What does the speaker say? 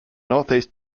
northeast